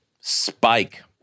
spike